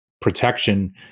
protection